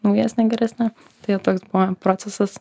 naujesnė geresnė tai toks buvo procesas